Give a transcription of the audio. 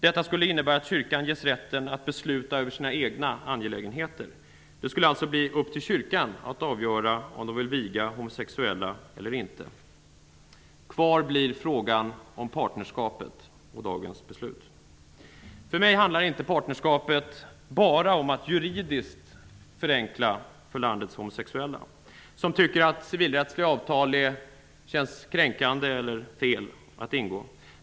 Detta skulle innebära att kyrkan ges rätten att besluta över sina egna angelägenheter. Det skulle alltså bli upp till kyrkan att avgöra om den vill viga homosexuella eller inte. Kvar står frågan om partnerskapet och dagens beslut. För mig handlar partnerskapet inte bara om att juridiskt förenkla för landets homosexuella, som tycker att det känns fel eller kränkande att ingå civilrättsliga avtal.